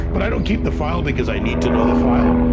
but i don't keep the file because i need to know the file.